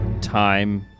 time